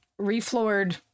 refloored